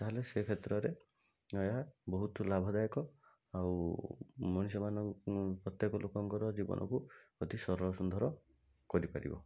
ତା'ହେଲେ ସେ କ୍ଷେତ୍ରରେ ଏହା ବହୁତ ଲାଭଦାୟକ ଆଉ ମଣିଷ ମାନଙ୍କ ପ୍ରତ୍ୟେକ ଲୋକର ଜୀବନକୁ ଅତି ସରଳ ସୁନ୍ଦର କରିପାରିବ